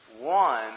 one